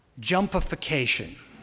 Jumpification